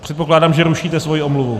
Předpokládám, že rušíte svoji omluvu.